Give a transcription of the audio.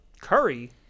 curry